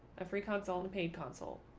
every console and paid console,